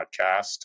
podcast